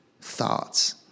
thoughts